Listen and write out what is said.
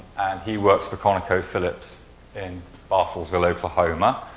he works for conocophillips in bartlesville, oklahoma.